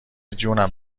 جونم